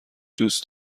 دوست